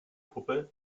puppe